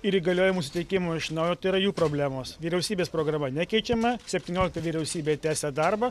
ir įgaliojimų suteikimo iš naujo tai yra jų problemos vyriausybės programa nekeičiama septyniolikta vyriausybė tęsia darbą